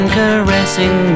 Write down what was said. caressing